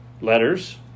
Letters